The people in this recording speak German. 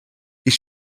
ich